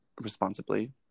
responsibly